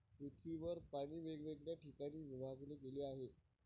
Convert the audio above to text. पृथ्वीवर पाणी वेगवेगळ्या ठिकाणी विभागले गेले आहे